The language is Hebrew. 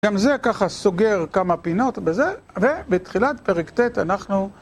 גם זה ככה סוגר כמה פינות בזה, ובתחילת פרק ט' אנחנו...